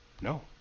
No